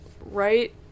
right